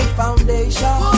foundation